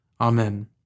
Amen